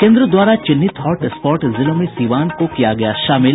केन्द्र द्वारा चिन्हित हॉट स्पॉट जिलों में सिवान को किया गया शामिल